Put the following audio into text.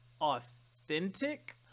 authentic